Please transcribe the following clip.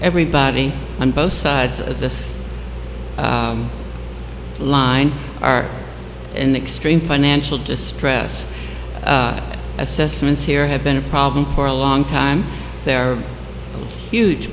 everybody on both sides of this line are in extreme financial distress assessments here have been a problem for a long time they are huge